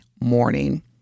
morning